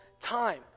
time